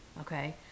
okay